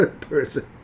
person